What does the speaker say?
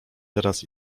teraz